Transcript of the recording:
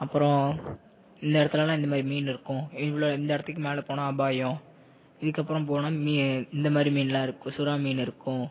அப்புறம் இந்த இடத்துலலாம் இந்தமாதிரி மீன் இருக்கும் இவ்வளோ இந்த இடத்துக்கு மேலே போனால் அபாயம் இதுக்கப்புறம் போனால் மீ இந்தமாதிரி மீனெலாம் இருக்கும் சுறா மீன் இருக்கும்